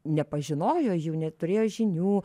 nepažinojo jų neturėjo žinių